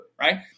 right